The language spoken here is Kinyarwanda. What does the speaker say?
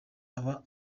aba